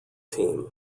team